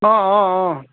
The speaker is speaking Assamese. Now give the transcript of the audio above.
অঁ অঁ অঁ